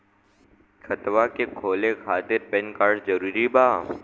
खतवा के खोले खातिर पेन कार्ड जरूरी बा?